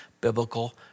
biblical